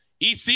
EC